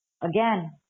Again